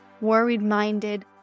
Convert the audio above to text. worried-minded